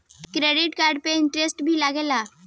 Credit card पे interest भी लागेला?